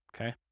Okay